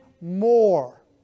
more